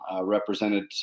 represented